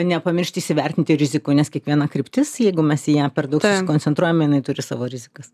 nepamiršt įsivertinti rizikų nes kiekviena kryptis jeigu mes į ją per daug susikoncentruojame jinai turi savo rizikas